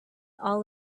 all